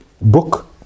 book